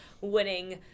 winning